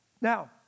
Now